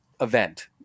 event